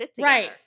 right